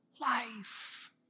life